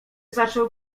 zaczął